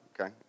Okay